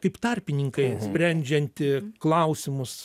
kaip tarpininkai sprendžiant klausimus